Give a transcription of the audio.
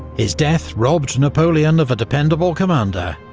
his death robbed napoleon of a dependable commander,